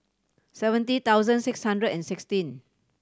seventy thousand six hundred and sixteen